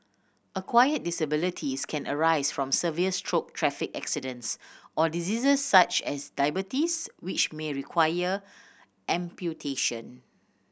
acquired disabilities can arise from severe stroke traffic accidents or diseases such as diabetes which may require amputation